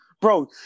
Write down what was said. Bro